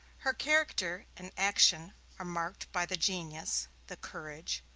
her character and action are marked by the genius, the courage,